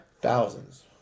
Thousands